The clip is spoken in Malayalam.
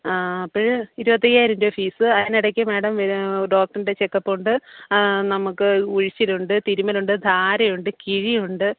അപ്പഴ് ഇരുപത്തയ്യായിരം രൂപ ഫീസ് അതിനിടക്ക് മേടം വരൂ ഡോക്ടറിൻ്റെ ചെക്കപ്പുണ്ട് നമുക്ക് ഉഴിച്ചിലുണ്ട് തിരുമ്മലുണ്ട് ധാരയുണ്ട് കിഴിയുണ്ട്